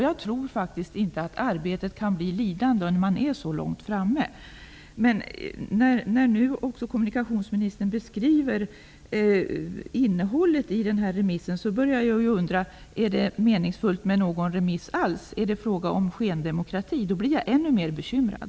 Jag tror faktiskt inte att arbetet kan bli lidande när man är så långt framme. När nu kommunikationsministern beskriver innehållet i denna remiss, börjar jag undra om det är meningsfullt med någon remiss alls. Är det fråga om skendemokrati, då blir jag ännu mer bekymrad.